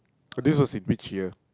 oh this was in which year